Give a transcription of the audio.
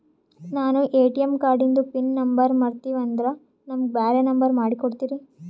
ನಾನು ಎ.ಟಿ.ಎಂ ಕಾರ್ಡಿಂದು pin number ಮರತೀವಂದ್ರ ನಮಗ ಬ್ಯಾರೆ ನಂಬರ್ ಮಾಡಿ ಕೊಡ್ತೀರಿ?